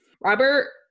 Robert